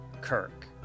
Kirk